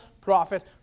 prophet